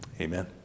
Amen